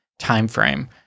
timeframe